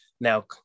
now